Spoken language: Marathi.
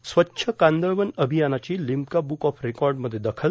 स्वच्छ कांदळवन आभयानाची शिम्का ब्रुक ऑफ रेकॉडमध्ये दखल